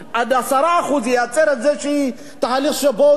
ייצר איזה תהליך שבו הוא יוכל לקבל את הכסף.